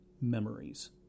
memories